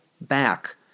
back